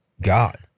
God